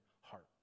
heart